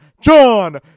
John